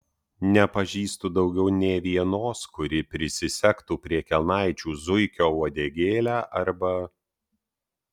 nepažįstu daugiau nė vienos kuri prisisegtų prie kelnaičių zuikio uodegėlę arba